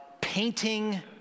painting